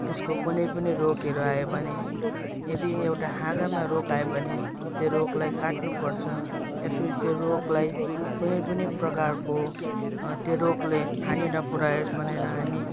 त्यसको कुनै पनि रोगहरू आयो भने यदि एउटा हाँगामा रोग आयो भने त्यो रोगलाई काट्नुपर्छ या फिर त्यो रोगलाई कुनै पनि प्रकारको त्यो रोगले हानि नपुऱ्यायोस् भनेर हामी